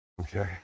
Okay